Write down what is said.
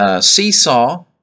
Seesaw